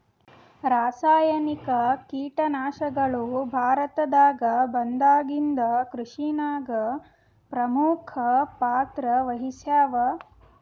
ರಾಸಾಯನಿಕ ಕೀಟನಾಶಕಗಳು ಭಾರತದಾಗ ಬಂದಾಗಿಂದ ಕೃಷಿನಾಗ ಪ್ರಮುಖ ಪಾತ್ರ ವಹಿಸ್ಯಾವ